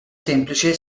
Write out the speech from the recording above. semplice